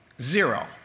zero